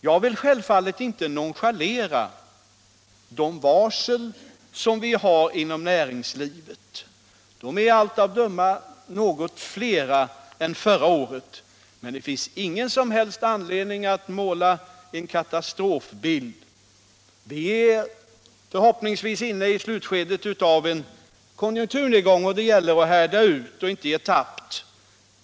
Jag vill självfallet inte nonchalera de varsel som förekommer inom näringslivet. De är av allt att döma något fler än förra 37 året, men det finns ingen som helst anledning att måla en katastrofbild. Vi är förhoppningsvis inne i slutskedet av en konjunkturnedgång, och det gäller att härda ut och inte ge tappt.